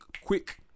quick